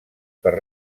per